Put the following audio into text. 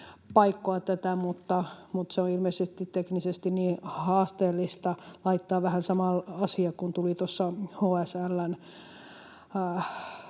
paikkoa tätä, mutta se on ilmeisesti teknisesti niin haasteellista laittaa — vähän sama asia kuin tuli tuossa HSL:n